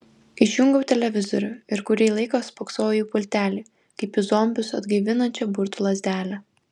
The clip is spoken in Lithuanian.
išjungiau televizorių ir kurį laiką spoksojau į pultelį kaip į zombius atgaivinančią burtų lazdelę